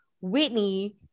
Whitney